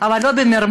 אבל לא במרמה,